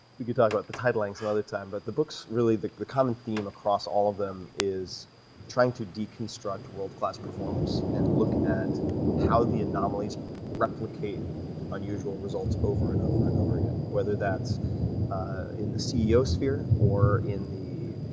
we can talk about the titling some other time, but the books really the the common theme across all of them is trying to deconstruct world-class performers and look at how the anomalies replicate unusual results over and over and over again, whether that's ah in the ceo sphere or in the,